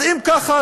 אז אם כך,